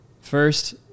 first